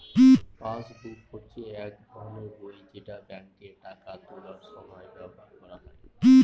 passbook হচ্ছে এক ধরনের বই যেটা ব্যাঙ্কে টাকা তোলার সময় ব্যবহার করা হয়